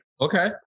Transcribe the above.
Okay